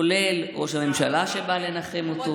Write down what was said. כולל ראש הממשלה שבא לנחם אותו.